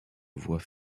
voies